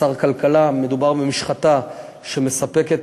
לאור ההחלטה להפסיק את